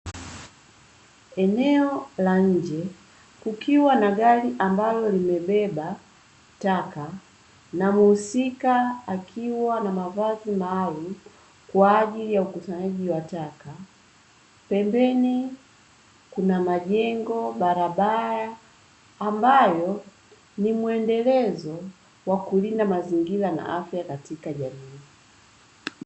Eneo la nje kukiwa na gari ambalo limebeba taka, na mhusika akiwa na mavazi maalumu, kwa ajili ya ukusanyaji wa taka. Pembeni kuna majengo, barabara, ambayo ni mwendelezo wa kulinda mazingira na afya katika jamii.